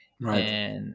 Right